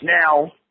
Now